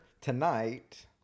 tonight